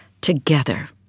together